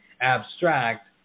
abstract